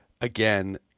again